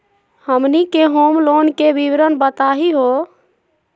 हमनी के home loan के विवरण बताही हो?